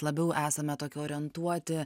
labiau esame tokie orientuoti